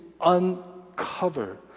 uncover